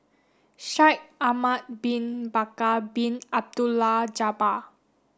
Shaikh Ahmad bin Bakar Bin Abdullah Jabbar